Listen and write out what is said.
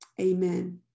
Amen